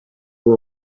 vous